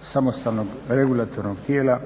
samostalnog regulatornog tijela